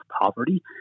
poverty